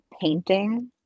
painting